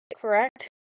correct